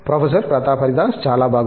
professor Pratap Haridas చాలా బాగుంది